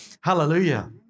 Hallelujah